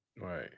Right